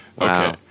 Okay